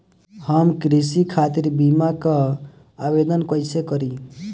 हम कृषि खातिर बीमा क आवेदन कइसे करि?